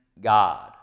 God